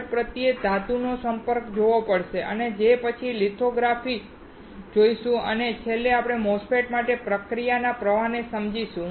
આગળ આપણે ધાતુનો સંપર્ક જોવો પડશે જે પછી આપણે લિથોગ્રાફી જોઈશું અને છેલ્લે MOSFET માટે પ્રક્રિયાના પ્રવાહને સમજીશું